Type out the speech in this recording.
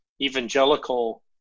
evangelical